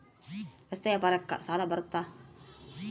ರಸ್ತೆ ವ್ಯಾಪಾರಕ್ಕ ಸಾಲ ಬರುತ್ತಾ?